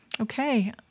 Okay